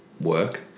work